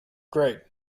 grade